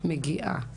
מגיעה ואומרת,